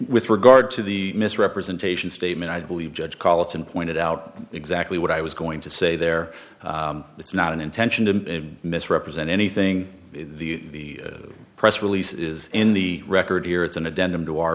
with regard to the misrepresentation statement i believe judge collatz and pointed out exactly what i was going to say they're it's not an intention to misrepresent anything the press release is in the record here it's an addendum to our